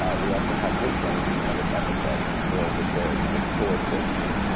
ah we also have this one, which is another epithet for viserys, the sorefoot king.